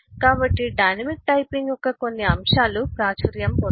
కాబట్టి dynamic typing యొక్క కొన్ని అంశాలు ప్రాచుర్యం పొందాయి